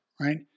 Right